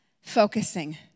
focusing